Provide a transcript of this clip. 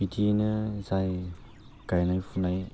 बिदियैनो जाय गायनाय फुनाय